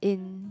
in